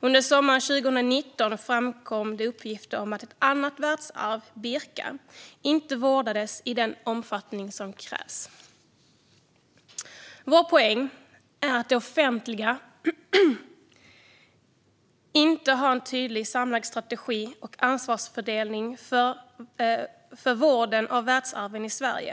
Under sommaren 2019 framkom det uppgifter om att ett annat världsarv, Birka, inte vårdades i den omfattning som krävs. Vår poäng är att det offentliga inte har en tydlig och samlad strategi och ansvarsfördelning för vården av världsarven i Sverige.